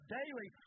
daily